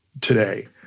today